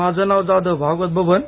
माझं नाव जाधव भागवत बबन